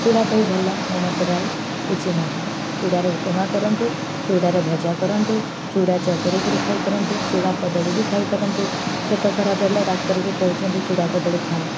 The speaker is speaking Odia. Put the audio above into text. ଚୁଡ଼ା ଟୁ ଭଲ ମୋ ମତରେ ଆଉ କିଛି ନାହିଁ ଚୁଡ଼ାରେ ଉପମା କରନ୍ତୁ ଚୁଡ଼ାରେ ଭଜା କରନ୍ତୁ ଚୁଡ଼ା ଚକଟିକରି ଖାଇପାରନ୍ତୁ ଚୁଡ଼ା କଦଳୀ ବି ଖାଇପାରନ୍ତୁ ପେଟ ଖରାପ ହେଲେ ଡାକ୍ତର ବି କହୁଛନ୍ତି ଚୁଡ଼ା କଦଳୀ ଖାଅ